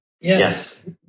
Yes